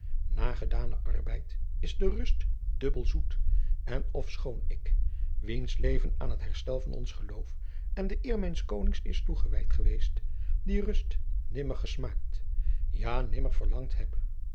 na gedanen arbeid is de rust dubbel zoet en ofschoon ik wiens leven aan het herstel van ons geloof en de eer mijns konings is toegewijd geweest die rust nimmer gesmaakt ja nimmer verlangd heb